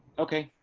okay.